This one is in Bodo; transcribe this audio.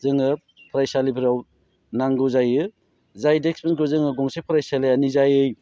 जोङो फरायसालिफोराव नांगौ जायो जाय देस्क बेन्चखौ जोङो गंसे फरायसालिया निजायै